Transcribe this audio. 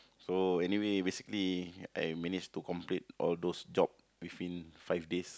so anyway basically I manage to complete all those job within five days